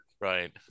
Right